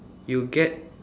you get